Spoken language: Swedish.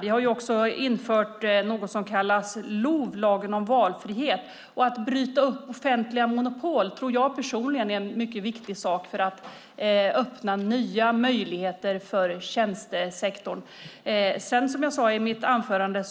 Vi har också infört något som kallas LOV, lagen om valfrihet. Att bryta upp offentliga monopol tror jag är viktigt för att öppna nya möjligheter för tjänstesektorn. Som jag sade i mitt anförande